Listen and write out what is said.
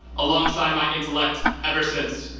alongside my intellect ever since,